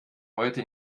heute